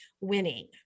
winning